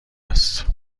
است